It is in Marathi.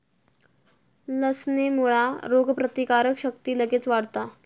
लसणेमुळा रोगप्रतिकारक शक्ती लगेच वाढता